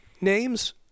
names